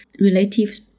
relatives